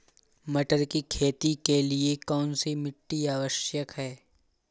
मटर की खेती के लिए कौन सी मिट्टी आवश्यक है?